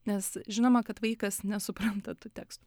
nes žinoma kad vaikas nesupranta tų tekstų